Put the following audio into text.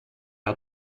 had